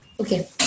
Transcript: okay